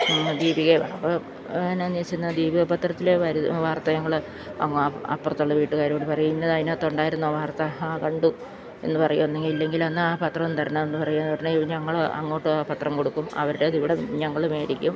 ദീപികയില് എന്താണെന്ന് വെച്ചുകഴിഞ്ഞാല് ദീപിക പത്രത്തില് വരുന്ന വാർത്ത ഞങ്ങള് അങ്ങ് അപ്പുറത്തുള്ള വീട്ടുകാരോട് പറയും ഇന്നത് അതിനകത്തുണ്ടായിരുന്നു ആ വാർത്ത ഹാ കണ്ടു എന്ന് പറയുമായിരുന്നു ഇല്ലെങ്കില് എന്നാല് ആ പത്രമൊന്ന് തരണമെന്ന് പറയും ഉടനെ ഞങ്ങള് അങ്ങോട്ട് ആ പത്രം കൊടുക്കും അവരുടേത് ഇവിടെ ഞങ്ങള് മേടിക്കും